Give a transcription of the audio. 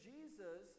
Jesus